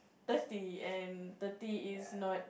thirty and thirty is not